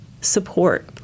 support